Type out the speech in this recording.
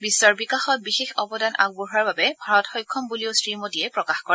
বিশ্বৰ বিকাশত বিশেষ অৱদান আগবঢ়োৱাৰ বাবে ভাৰত সক্ষম বুলিও শ্ৰীমোদীয়ে প্ৰকাশ কৰে